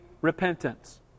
repentance